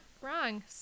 wrong